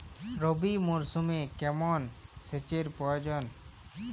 রবি মরশুমে কেমন সেচের প্রয়োজন?